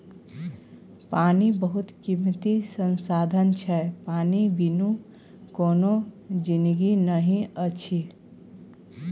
पानि बहुत कीमती संसाधन छै पानि बिनु कोनो जिनगी नहि अछि